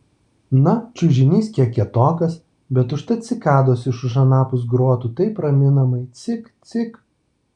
na čiužinys kiek kietokas bet užtat cikados iš už anapus grotų taip raminamai cik cik